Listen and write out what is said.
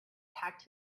packed